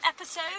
episode